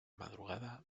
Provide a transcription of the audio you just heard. madrugada